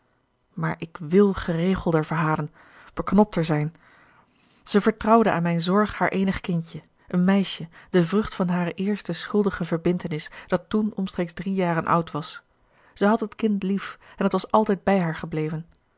maar ik wil geregelder verhalen beknopter zijn zij vertrouwde aan mijne zorg haar eenig kindje een meisje de vrucht van hare eerste schuldige verbintenis dat toen omstreeks drie jaren oud was zij had het kind lief en het was altijd bij haar gebleven